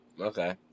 Okay